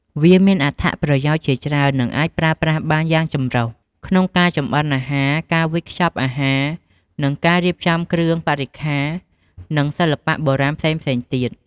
វាមានអត្ថប្រយោជន៍ជាច្រើន និងអាចប្រើប្រាស់បានយ៉ាងចម្រុះ ក្នុងការចម្អិនអាហារ ការវេចខ្ចប់អាហារ ការរៀបចំគ្រឿងបរិក្ខារ និងសិល្បៈបុរាណផ្សេងៗទៀត។